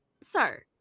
Sir